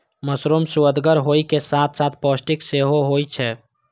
mushroom सुअदगर होइ के साथ साथ पौष्टिक सेहो होइ छै